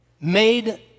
made